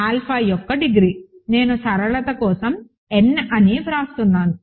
alpha యొక్క degree నేను సరళత కోసం n అని వ్రాస్తాను